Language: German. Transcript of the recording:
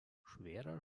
schwerer